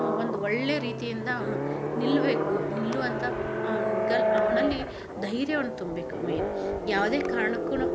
ಒಂದು ಒಳ್ಳೆಯ ರೀತಿಯಿಂದ ಅವನು ನಿಲ್ಲಬೇಕು ನಿಲ್ಲುವಂಥ ಅವ್ನಿಗಲ್ಲಿ ಅವನಲ್ಲಿ ಧೈರ್ಯವನ್ನು ತುಂಬಬೇಕು ಮೇಯ್ನ್ ಯಾವುದೇ ಕಾರ್ಣಕ್ಕೂ